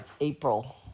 April